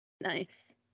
Nice